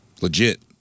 Legit